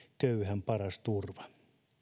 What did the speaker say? köyhän paras turva